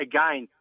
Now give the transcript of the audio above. Again